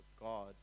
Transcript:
God